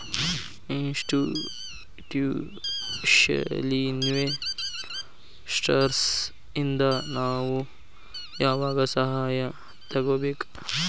Institutional investors ಇಂದಾ ನಾವು ಯಾವಾಗ್ ಸಹಾಯಾ ತಗೊಬೇಕು?